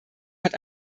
hat